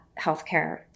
healthcare